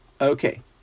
Okay